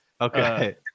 Okay